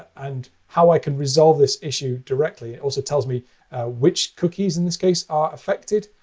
and how i can resolve this issue directly. it also tells me which cookies in this case are affected.